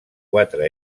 quatre